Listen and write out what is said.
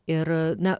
ir na